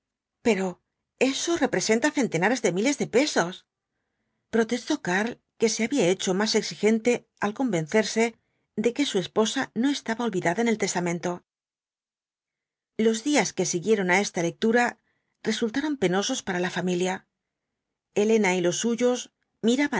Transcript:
pero eso representa centenares de miles de pesos protestó karl que se había hecho más exigente al convencerse de que su esposa no estaba olvidada en el testamento los días que siguieron á esta lectura resultaron penosos para la familia elena y los suyos miraban